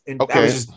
okay